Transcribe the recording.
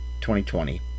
2020